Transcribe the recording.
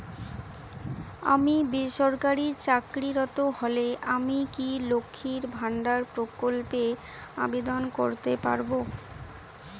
আমি বেসরকারি চাকরিরত হলে আমি কি লক্ষীর ভান্ডার প্রকল্পে আবেদন করতে পারব?